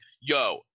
yo